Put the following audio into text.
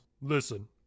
Listen